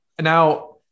Now